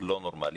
לא נורמלי.